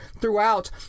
throughout